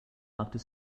after